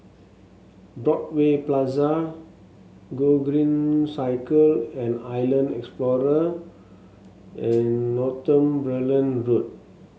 Broadway Plaza Gogreen Cycle and Island Explorer and Northumberland Road